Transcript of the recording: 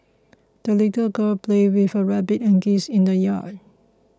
the little girl played with her rabbit and geese in the yard